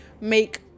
make